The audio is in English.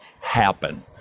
happen